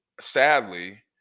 sadly